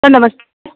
sir नमस्ते